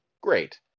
great